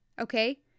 Okay